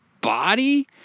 body